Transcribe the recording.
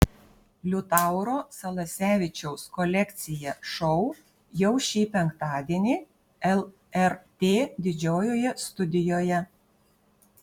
liutauro salasevičiaus kolekcija šou jau šį penktadienį lrt didžiojoje studijoje